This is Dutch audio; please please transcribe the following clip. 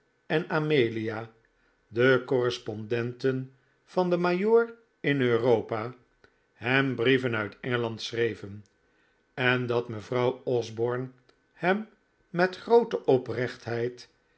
en amelia de correspondenten van den majoor in europa hem brieven uit engeland schreven en dat mevrouw osborne hem met groote oprechtheid